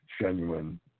genuine